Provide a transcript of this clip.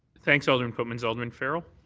thanks, alderman pootmans. alderman farrell?